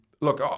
look